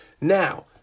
Now